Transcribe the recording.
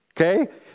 Okay